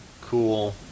cool